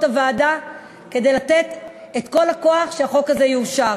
הוועדה כדי לתת את כל הכוח שהחוק הזה יאושר.